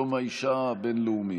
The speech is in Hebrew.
יש מישהו שמבקש להצביע נגד?